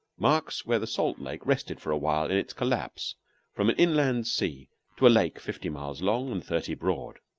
marks where the salt lake rested for awhile in its collapse from an inland sea to a lake fifty miles long and thirty broad.